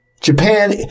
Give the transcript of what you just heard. Japan